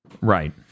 Right